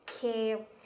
que